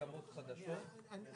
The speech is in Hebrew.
המושג הזה מה זה רעש חזק ובלתי